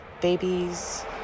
babies